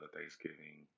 Thanksgiving